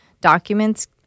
documents